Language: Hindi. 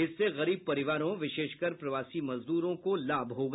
इससे गरीब परिवारों विशेषकर प्रवासी मजदूरों को लाभ होगा